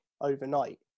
overnight